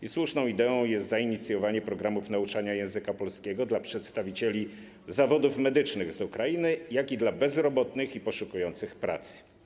I słuszną ideą jest zainicjowanie programów nauczania języka polskiego dla przedstawicieli zawodów medycznych z Ukrainy, jak i dla bezrobotnych oraz poszukujących pracy.